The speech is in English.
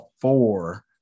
four